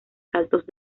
saltos